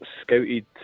scouted